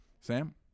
Sam